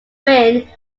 win